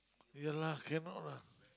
ya lah cannot lah